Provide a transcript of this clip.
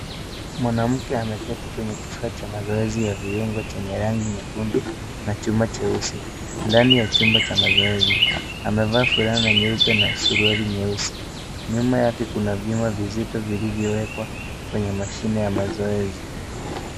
Mwanamke ameketi kwenye kifaa cha mazoezi ya viungo chenye rangi nyekundu, na chuma cheusi ndani ya chumba cha mazoezi, amevaa fulana na nyeupe na suruali nyeusi. Nyuma yake kuna vyuma vizito vilivyowekwa kwenye mashine ya mazoezi.